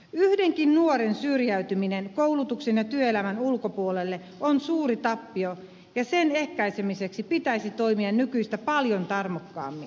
yhdenkin nuoren syrjäytyminen koulutuksen ja työelämän ulkopuolelle on suuri tappio ja sen ehkäisemiseksi pitäisi toimia nykyistä paljon tarmokkaammin